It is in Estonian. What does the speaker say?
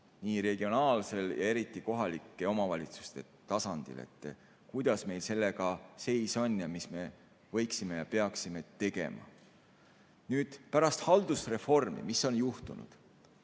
regionaalsel ja eriti kohalike omavalitsuste tasandil, kuidas meil sellega seis on ja mis me võiksime teha ja peaksime tegema. Mis pärast haldusreformi on juhtunud?